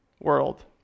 world